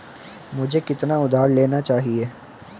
मुझे कितना उधार लेना चाहिए?